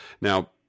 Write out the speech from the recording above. Now